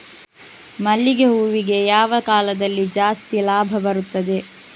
ಮಲ್ಲಿಗೆ ಹೂವಿಗೆ ಯಾವ ಕಾಲದಲ್ಲಿ ಜಾಸ್ತಿ ಲಾಭ ಬರುತ್ತದೆ?